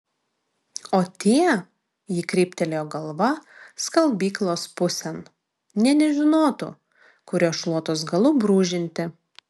o tie ji kryptelėjo galva skalbyklos pusėn nė nežinotų kuriuo šluotos galu brūžinti